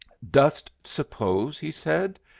dost suppose, he said,